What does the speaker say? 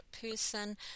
person